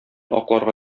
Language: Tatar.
акларга